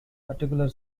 articular